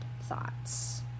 thoughts